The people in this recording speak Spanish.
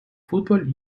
fútbol